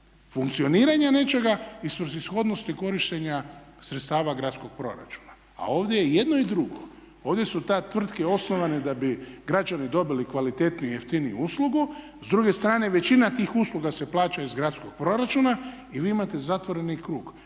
funkcioniranja nečega i svrsishodnosti korištenja sredstava gradskog proračuna, a ovdje je i jedno i drugo. Ovdje su te tvrtke osnovane da bi građani dobili kvalitetniju i jeftiniju uslugu. S druge strane, većina tih usluga se plaća iz gradskog proračuna i vi imate zatvoreni krug.